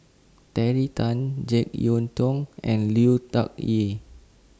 Terry Tan Jek Yeun Thong and Lui Tuck Yew